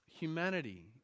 humanity